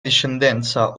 discendenza